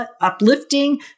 uplifting